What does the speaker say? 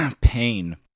pain